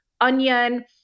onion